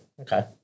Okay